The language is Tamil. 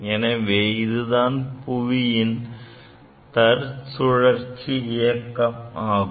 எனவே இதுதான் புவியின் தற்சுழற்சி இயக்கம் ஆகும்